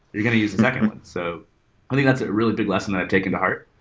you're going to use the second one. so i think that's a really big lesson that i've taken to heart.